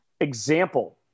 Example